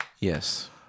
Yes